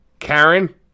Karen